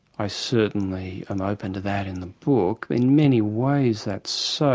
i certainly am open to that in the book. in many ways that's so.